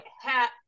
hat